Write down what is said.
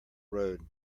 road